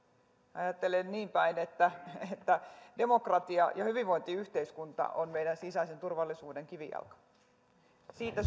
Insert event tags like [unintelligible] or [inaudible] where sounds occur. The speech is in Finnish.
ajattelen niinpäin että että demokratia ja hyvinvointiyhteiskunta on meidän sisäisen turvallisuutemme kivijalka siitä [unintelligible]